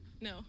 No